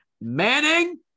Manning